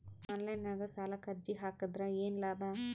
Online ನಾಗ್ ಸಾಲಕ್ ಅರ್ಜಿ ಹಾಕದ್ರ ಏನು ಲಾಭ?